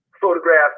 photograph